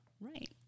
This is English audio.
Right